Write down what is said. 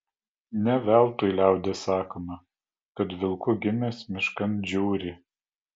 ne veltui liaudies sakoma kad vilku gimęs miškan žiūri